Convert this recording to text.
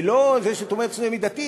ולא זה שאת אומרת שזה מידתי,